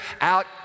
out